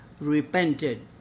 repented